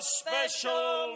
special